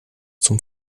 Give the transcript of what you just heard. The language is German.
zum